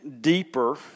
deeper